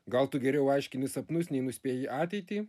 gal tu geriau aiškini sapnus nei nuspėji ateitį